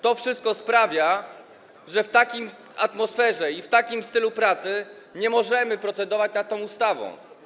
To wszystko sprawia, że w takiej atmosferze i w takim stylu pracy nie możemy procedować nad tą ustawą.